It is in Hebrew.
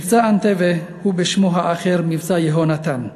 "מבצע אנטבה", או בשמו האחר, "מבצע יונתן",